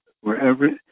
wherever